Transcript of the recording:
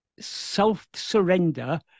self-surrender